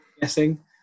guessing